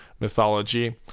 mythology